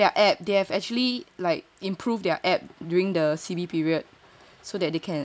yes they have changed their app they have actually like improved their app during the C_B period